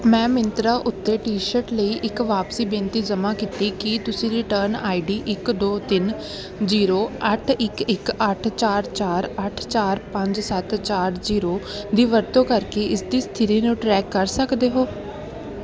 ਮੈਂ ਮਿੰਤਰਾ ਉੱਤੇ T shirt ਲਈ ਇੱਕ ਵਾਪਸੀ ਬੇਨਤੀ ਜਮ੍ਹਾਂ ਕੀਤੀ ਕੀ ਤੁਸੀਂ ਰਿਟਰਨ ਆਈਡੀ ਇੱਕ ਦੋ ਤਿੰਨ ਜ਼ੀਰੋ ਅੱਠ ਇੱਕ ਇੱਕ ਅੱਠ ਚਾਰ ਚਾਰ ਅੱਠ ਚਾਰ ਪੰਜ ਸੱਤ ਚਾਰ ਜ਼ੀਰੋ ਦੀ ਵਰਤੋਂ ਕਰਕੇ ਇਸ ਦੀ ਸਥਿਤੀ ਨੂੰ ਟਰੈਕ ਕਰ ਸਕਦੇ ਹੋ